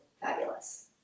fabulous